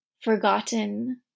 forgotten